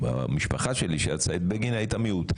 המשפחה שלי שרצתה את בגין הייתה מיעוט.